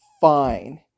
fine